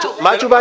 מה התשובה?